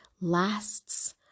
lasts